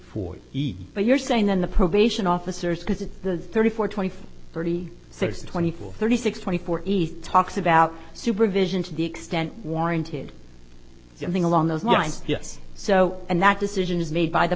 four but you're saying then the probation officers because it's the thirty four twenty five thirty six twenty four thirty six twenty four east talks about super vision to the extent warranted something along those lines yes so and that decision is made by the